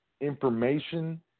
information